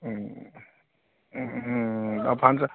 আৰু